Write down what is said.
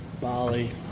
Bali